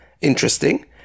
interesting